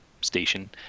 station